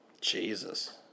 Jesus